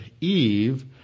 Eve